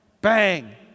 bang